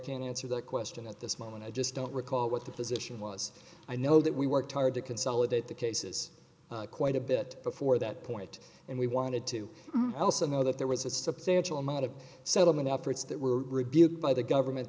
can't answer that question at this moment i just don't recall what the position was i know that we worked hard to consolidate the cases quite a bit before that point and we wanted to also know that there was a substantial amount of settlement efforts that were rebuked by the government